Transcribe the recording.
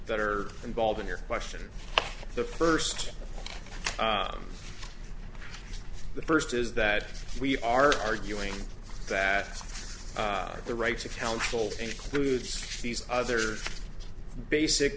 that are involved in your question the first the first is that we are arguing that the right to counsel includes these other basic